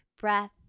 breath